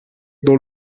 dans